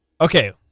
Okay